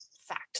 fact